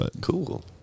Cool